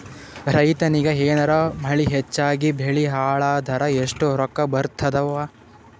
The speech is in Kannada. ರೈತನಿಗ ಏನಾರ ಮಳಿ ಹೆಚ್ಚಾಗಿಬೆಳಿ ಹಾಳಾದರ ಎಷ್ಟುರೊಕ್ಕಾ ಬರತ್ತಾವ?